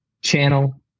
channel